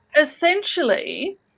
essentially